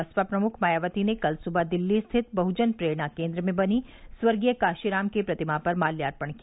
बसपा प्रमुख मायावती ने कल सुबह दिल्ली स्थित बहुजन प्रेरणा केन्द्र में बनी स्वर्गीय कांशीराम की प्रतिमा पर माल्यार्पण किया